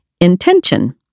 intention